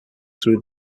through